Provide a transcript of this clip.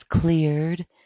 cleared